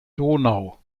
donau